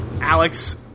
Alex